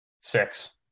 six